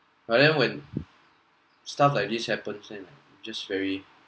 but then when stuff like this happens then just very